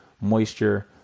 moisture